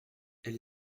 elle